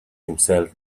himself